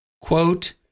Quote